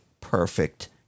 perfect